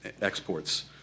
exports